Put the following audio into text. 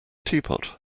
teapot